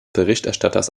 berichterstatters